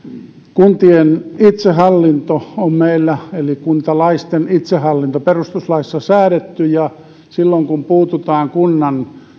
kuntien itsehallinto eli kuntalaisten itsehallinto on meillä perustuslaissa säädetty ja silloin kun puututaan kunnan